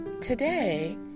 Today